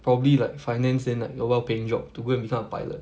probably like finance and like a well paying job to go and become a pilot